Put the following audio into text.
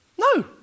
no